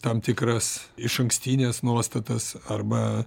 tam tikras išankstines nuostatas arba